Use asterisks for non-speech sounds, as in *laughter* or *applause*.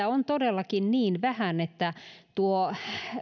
*unintelligible* on niin vähän että